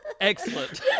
Excellent